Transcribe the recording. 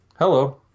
Hello